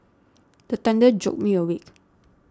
the thunder jolt me awake